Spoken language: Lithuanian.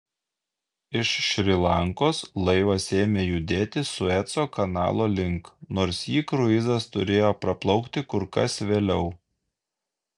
iš šri lankos laivas ėmė judėti sueco kanalo link nors jį kruizas turėjo praplaukti kur kas vėliau